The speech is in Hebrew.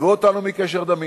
עזבו אותנו מקשר דמים,